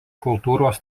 kultūros